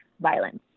violence